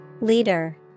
Leader